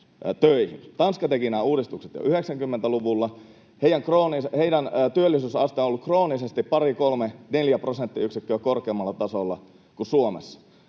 Tanska teki nämä uudistukset jo 90‑luvulla. Heidän työllisyysasteensa on ollut kroonisesti pari, kolme, neljä prosenttiyksikköä korkeammalla tasolla kuin Suomessa.